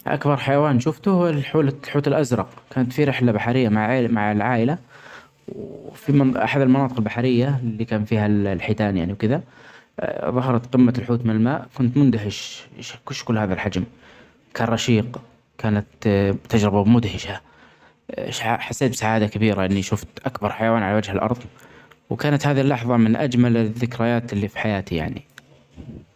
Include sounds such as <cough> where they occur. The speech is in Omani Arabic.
أكبر حيوان شفته هو الحو-الحوت الازرق كنت في رحلة بحرية مع عيل-مع العائلة وفي <hesitation> أحد المناطق البحرية اللي كان فيها ال-الحيتان يعني وكده ،ظهرت قمة الحوت من الماء كنت مندهش ، إيش <hesitation> كل هذا الحجم كان رشيق ، كانت تجربة مدهشة، <hesitation> حسيت بسعادة كبيرة إني شفت أكبر حيوان علي وجهه الأرض وكانت هذه اللحظه من أجمل الذكريات اللي في حياتي يعني.